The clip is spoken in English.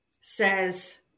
says